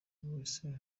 wese